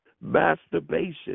Masturbation